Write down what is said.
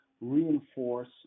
reinforce